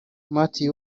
matt